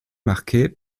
marqué